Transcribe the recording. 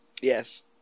Yes